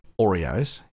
Oreos